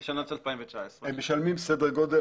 על שנת 2019. הם משלמים סדר גודל,